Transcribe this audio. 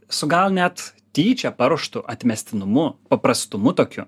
su gal net tyčia paruoštu atmestinumu paprastumu tokiu